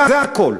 זה הכול.